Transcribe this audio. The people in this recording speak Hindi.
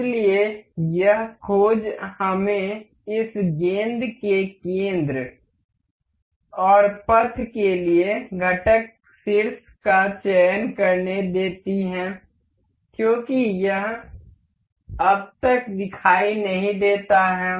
इसलिए यह खोज हमें इस गेंद के केंद्र और पथ के लिए घटक शीर्ष का चयन करने देती है क्योंकि यह अब तक दिखाई नहीं देता है